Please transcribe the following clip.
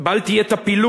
בל תהיה טפילות.